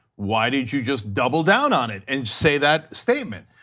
why did you just double down on it and say that statement?